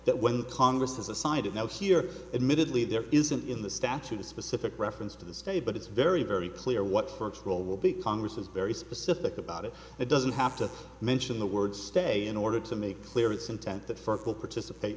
that when congress is a side note here admittedly there isn't in the statute a specific reference to the state but it's very very clear what virtual will be congress is very specific about it it doesn't have to mention the word stay in order to make clear its intent the first will participate